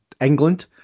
England